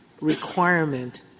requirement